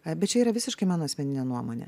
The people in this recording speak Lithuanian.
a bet čia yra visiškai mano asmeninė nuomonė